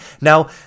Now